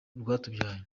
rwatubyaye